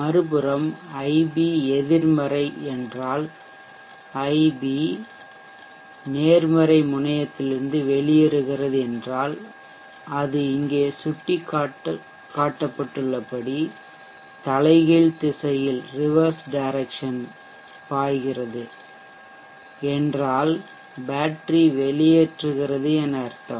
மறுபுறம் ஐபி எதிர்மறை என்றால் ஐபி நேர்மறை முனையத்திலிருந்து வெளியேறுகிறது என்றால் அது இங்கே சுட்டிக்காட்டப்பட்டுள்ளபடி தலைகீழ் திசையில்ரிவெர்ஸ் டைரரெக்ஷன் பாய்கிறது என்றால் பேட்டரி வெளியேற்றுகிறது என அர்த்தம்